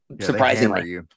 Surprisingly